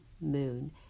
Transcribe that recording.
Moon